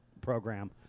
program